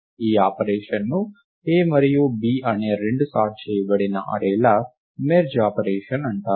ఈ ఆపరేషన్ను A మరియు B అనే రెండు సార్ట్ చేయబడిన అర్రే ల మెర్జ్ ఆపరేషన్ అంటారు